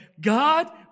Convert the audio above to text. God